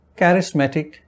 charismatic